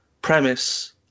premise